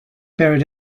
buried